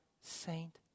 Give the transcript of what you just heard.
saint